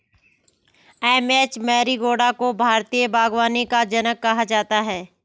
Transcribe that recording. M H Marigowda को भारतीय बागवानी का जनक कहा जाता है